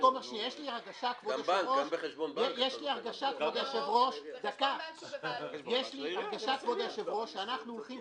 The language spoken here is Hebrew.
יש לי הרגשה, כבוד היושב-ראש, שאנחנו הולכים